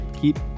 Keep